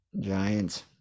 Giants